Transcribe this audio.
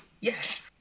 yes